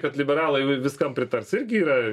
kad liberalai viskam pritars irgi yra